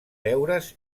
deures